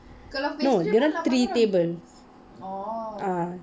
no dorang three tables uh